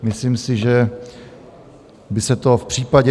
Myslím si, že by se to v případě...